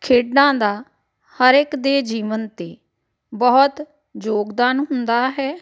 ਖੇਡਾਂ ਦਾ ਹਰ ਇੱਕ ਦੇ ਜੀਵਨ 'ਤੇ ਬਹੁਤ ਯੋਗਦਾਨ ਹੁੰਦਾ ਹੈ